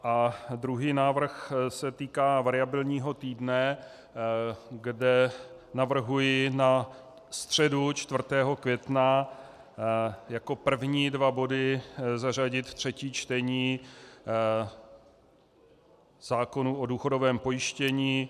A druhý návrh se týká variabilního týdne, kde navrhuji na středu 4. května jako první dva body zařadit třetí čtení zákonů o důchodovém pojištění.